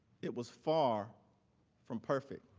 it was far from perfect.